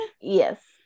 Yes